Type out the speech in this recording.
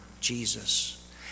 Jesus